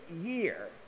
year